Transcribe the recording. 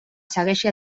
segueixi